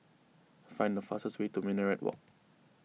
find the fastest way to Minaret Walk